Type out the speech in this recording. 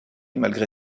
malgré